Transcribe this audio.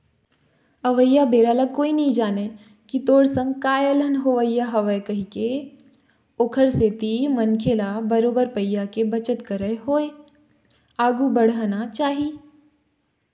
अवइया बेरा ल कोनो नइ जानय के तोर संग काय अलहन होवइया हवय कहिके ओखर सेती मनखे ल बरोबर पइया के बचत करत होय आघु बड़हना चाही